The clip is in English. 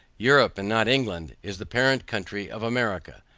europe, and not england, is the parent country of america.